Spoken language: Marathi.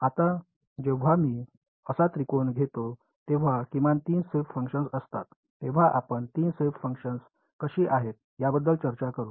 आता जेव्हा मी असा त्रिकोण घेतो तेव्हा किमान 3 शेप फंक्शन्स असतात तेव्हा आपण 3 शेप फंक्शन्स कशी आहेत याबद्दल चर्चा करू